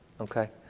Okay